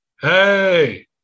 Hey